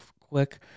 quick